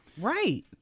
Right